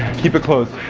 keep it closed.